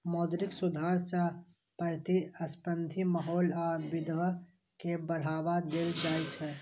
मौद्रिक सुधार सं प्रतिस्पर्धी माहौल आ विविधता कें बढ़ावा देल जाइ छै